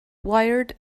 wired